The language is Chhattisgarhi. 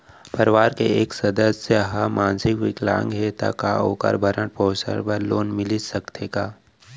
परवार के एक सदस्य हा मानसिक विकलांग हे त का वोकर भरण पोषण बर लोन मिलिस सकथे का?